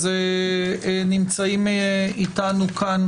נמצאים איתנו כאן